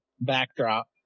backdrop